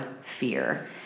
fear